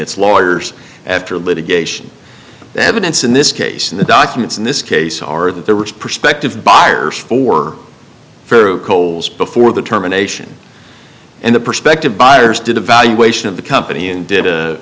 it's lawyers after litigation evidence in this case and the documents in this case are that there were prospective buyers for coles before the terminations and the prospective buyers did a valuation of the company and did a